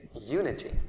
Unity